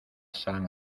san